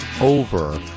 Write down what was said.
over